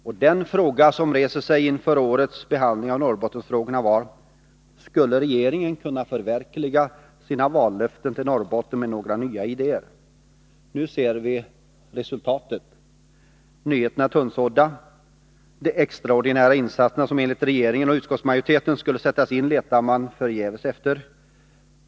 Och den fråga som ställdes inför årets behandling av Norrbottensfrågorna var: Skulle regeringen kunna förverkliga sina vallöften till Norrbotten med några nya idéer? Nu ser vi resultatet. Nyheterna är tunnsådda. De extraordinära insatser som enligt regeringen och utskottsmajoriteten måste sättas in letar man förgäves efter.